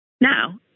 Now